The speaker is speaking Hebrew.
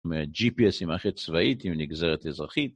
GPS עם מערכת צבאית, אם נגזרת אזרחית